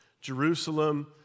Jerusalem